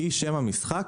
היא שם המשחק,